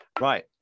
Right